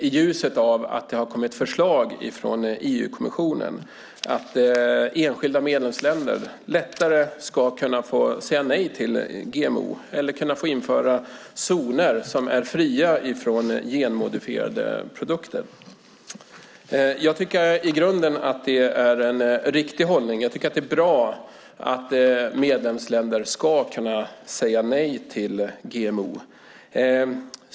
I ljuset av att det har kommit förslag från EU-kommissionen att enskilda medlemsländer lättare ska kunna säga nej till GMO eller införa zoner som är fria från genmodifierade produkter. Jag tycker i grunden att det är en riktig hållning. Det är bra att medlemsländer ska kunna säga nej till GMO.